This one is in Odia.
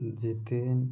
ଜିତେନ୍